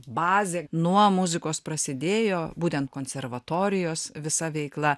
bazė nuo muzikos prasidėjo būtent konservatorijos visa veikla